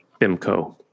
BIMCO